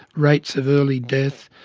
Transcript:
rates of early death,